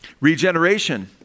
regeneration